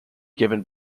given